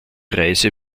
reise